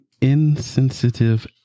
insensitive